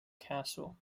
castle